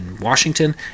Washington